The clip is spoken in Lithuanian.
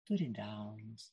turi delnus